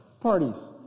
parties